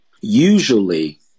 Usually